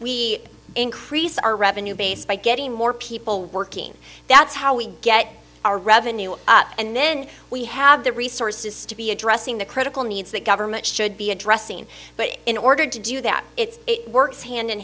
we increase our revenue base by getting more people working that's how we get our revenue and then we have the resources to be addressing the critical needs that government should be addressing but in order to do that it works hand in